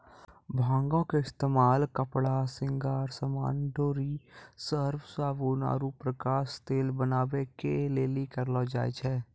भांगो के इस्तेमाल कपड़ा, श्रृंगार समान, डोरी, सर्फ, साबुन आरु प्रकाश तेल बनाबै के लेली करलो जाय छै